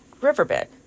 riverbed